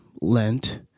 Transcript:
Lent